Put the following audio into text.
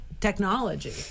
technology